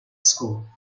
school